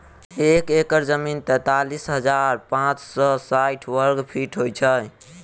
एक एकड़ जमीन तैँतालिस हजार पाँच सौ साठि वर्गफीट होइ छै